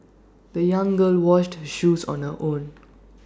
the young girl washed her shoes on her own